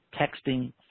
texting